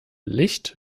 licht